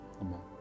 Amen